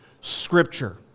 Scripture